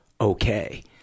okay